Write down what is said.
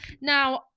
now